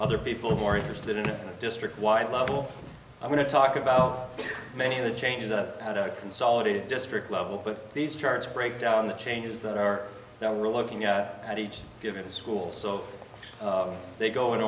other people are more interested in a district wide level i'm going to talk about many of the changes that had a consolidated district level but these charts break down the changes that are now we're looking at and each given to schools so they go in